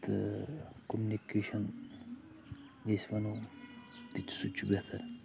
تہٕ کومنِکیشَن یہِ أسۍ وَنو تِہ سُتہِ چھُ بہتَر